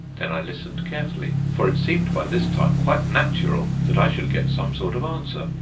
then i listened carefully, for it seemed by this time quite natural that i should get some sort of answer.